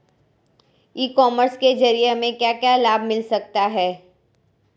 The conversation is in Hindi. ई कॉमर्स के ज़रिए हमें क्या क्या लाभ मिल सकता है?